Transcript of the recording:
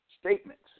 statements